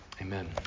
Amen